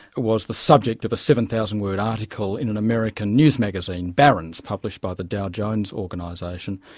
was the subject of a seven thousand word article in an american news magazine, baron's, published by the dow jones organisation.